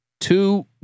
Two